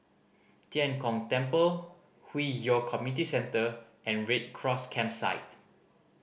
Tian Kong Temple Hwi Yoh Community Centre and Red Cross Campsite